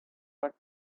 but